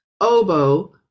oboe